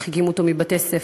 מרחיקים אותו מבתי-ספר.